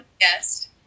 Yes